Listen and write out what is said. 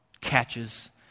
catches